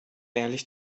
ehrlich